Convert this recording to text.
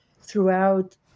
throughout